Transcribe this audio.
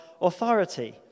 authority